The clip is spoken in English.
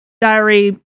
diary